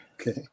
Okay